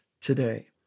today